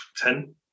Ten